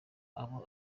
abo